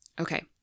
Okay